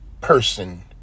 person